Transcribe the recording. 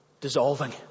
Dissolving